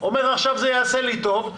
אומר עכשיו זה יעשה לי טוב,